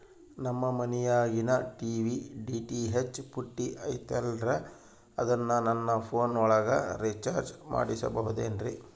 ನಮ್ಮ ಮನಿಯಾಗಿನ TV DTH ಪುಟ್ಟಿ ಐತಲ್ರೇ ಅದನ್ನ ನನ್ನ ಪೋನ್ ಒಳಗ ರೇಚಾರ್ಜ ಮಾಡಸಿಬಹುದೇನ್ರಿ?